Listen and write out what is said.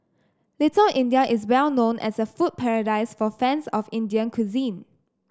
Little India is well known as a food paradise for fans of Indian cuisine